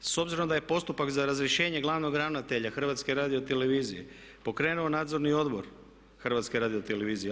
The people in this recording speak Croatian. S obzirom da je postupak za razrješenje glavnog ravnatelja HRT-a pokrenuo nadzorni odbor HRT-a.